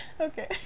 okay